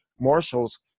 marshals